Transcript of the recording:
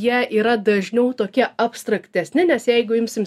jie yra dažniau tokie abstraktesni nes jeigu imsim